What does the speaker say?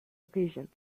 occasions